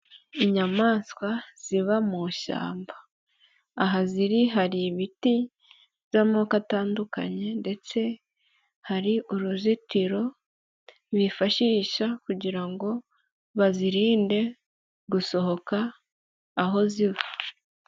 Inyamaswa ziba mu ishyamba. Aha ziri hari ibiti by'amoko atandukanye ndetse hari uruzitiro bifashisha kugira ngo bazirinde gusohoka aho ziva.